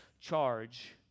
charge